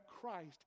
Christ